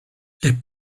les